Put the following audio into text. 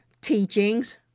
teachings